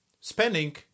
spending